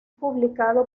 publicado